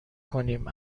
کنیم